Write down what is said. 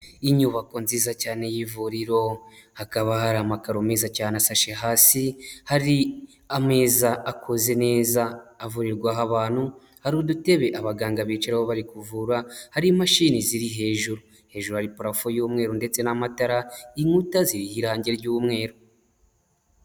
Inyubako nziza cyane y'ivuriro hakaba hari amakaro meza cyane asashe hasi hari ameza akoze neza avurirwaho abantu hari udutebe abaganga bicararaho bari kuvura hari imashini ziri hejuru, hejuru hari parafo y'umweru ndetse n'amatara inkuta ziriho irangi ry'umweru.